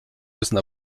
müssen